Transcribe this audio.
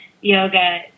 yoga